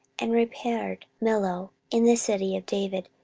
and repaired millo in the city of david,